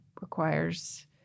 Requires